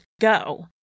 go